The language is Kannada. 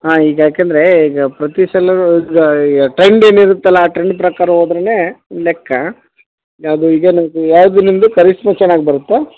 ಹಾಂ ಈಗ ಯಾಕೆಂದ್ರೆ ಈಗ ಪ್ರತಿಸಲ ಗಾ ಈಗ ಟ್ರೆಂಡ್ ಏನಿರುತ್ತೆಲ್ಲ ಆ ಟ್ರೆಂಡ್ ಪ್ರಕಾರ ಹೋದ್ರೇ ಲೆಕ್ಕ ಅದು ಈಗ ಯಾವುದು ನಿಮ್ದು ಚೆನ್ನಾಗಿ ಬರುತ್ತಾ